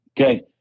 Okay